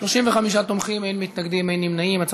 (טיפול במפגרים) (תיקון,